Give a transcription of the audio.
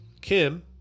Kim